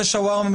גם